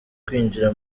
kwinjira